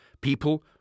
people